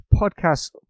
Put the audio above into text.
podcast